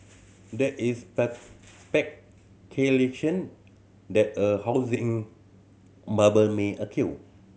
there is speculation that a housing bubble may occur